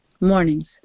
mornings